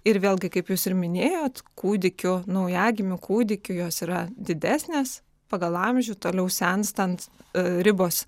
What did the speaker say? ir vėlgi kaip jūs ir minėjot kūdikių naujagimių kūdikių jos yra didesnės pagal amžių toliau senstant ribos